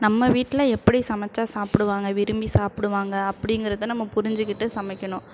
நம்ம வீட்டில் எப்படி சமைச்சா சாப்பிடுவாங்க விரும்பி சாப்பிடுவாங்க அப்படிங்கிறத நம்ம புரிஞ்சுக்கிட்டு சமைக்கணும்